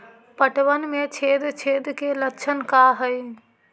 पतबन में छेद छेद के लक्षण का हइ?